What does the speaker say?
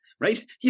right